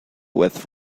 with